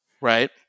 Right